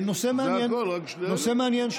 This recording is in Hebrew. נושא מעניין,